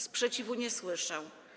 Sprzeciwu nie słyszę.